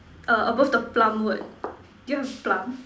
err above the plum word do you have plum